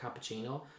cappuccino